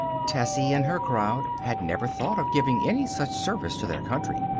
tessie and her crowd had never thought of giving any such service to their country.